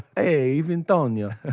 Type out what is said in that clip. hey, vintonio.